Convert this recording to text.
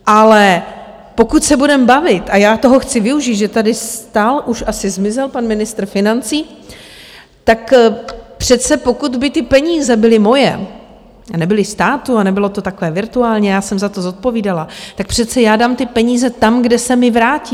Ale pokud se budeme bavit, a já toho chci využít, že tady stál, už asi zmizel pan ministr financí, tak přece, pokud by ty peníze byly moje a nebyly státu a nebylo to takové virtuální a já jsem za to zodpovídala, tak přece já dám ty peníze tam, kde se mi vrátí.